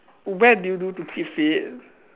where do you do to keep fit